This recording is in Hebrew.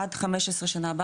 עד 15 שנה,